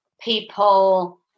people